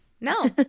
No